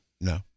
No